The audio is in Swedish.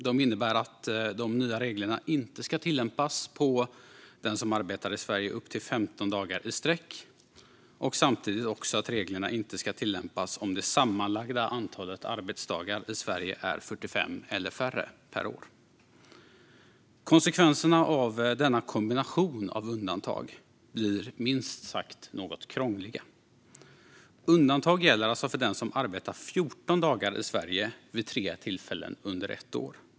De innebär att de nya reglerna inte ska tillämpas på den som arbetar i Sverige upp till 15 dagar i sträck och samtidigt också att reglerna inte ska tillämpas om det sammanlagda antalet arbetsdagar i Sverige är 45 eller färre per år. Konsekvenserna av denna kombination av undantag blir minst sagt något krångliga. Undantag gäller alltså för den som arbetar 14 dagar i Sverige vid tre tillfällen under ett år.